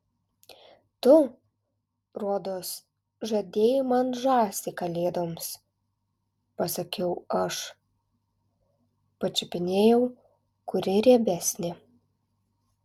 tu rodos žadėjai man žąsį kalėdoms pasakiau aš pačiupinėjau kuri riebesnė